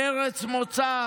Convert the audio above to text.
ארץ מוצא,